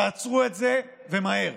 תעצרו את זה, ומהר.